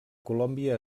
colòmbia